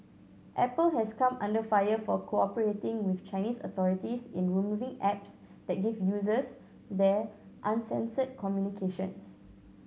apple has come under fire for cooperating with Chinese authorities in removing apps that give users there uncensored communications